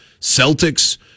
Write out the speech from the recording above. Celtics